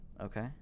Okay